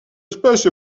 espèce